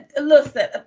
Listen